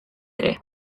ere